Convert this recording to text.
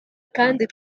kandi